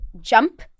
jump